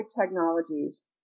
technologies